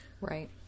Right